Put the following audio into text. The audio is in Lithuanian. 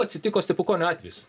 atsitiko stepukonio atvejis